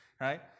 right